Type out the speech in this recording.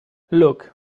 look